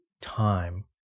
time